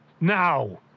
Now